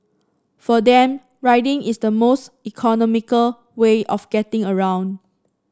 for them riding is the most economical way of getting around